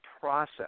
process